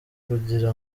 kugira